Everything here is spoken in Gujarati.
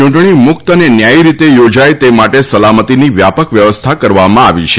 ચૂંટણી મુક્ત અને ન્યાય રીતે યોજાય તે માટે સલામતીની વ્યાપક વ્યવસ્થા કરવામાં આવી છે